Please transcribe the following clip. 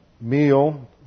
meal